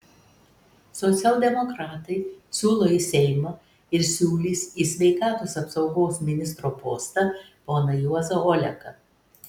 socialdemokratai siūlo į seimą ir siūlys į sveikatos apsaugos ministro postą poną juozą oleką